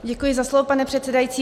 Děkuji za slovo, pane předsedající.